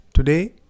Today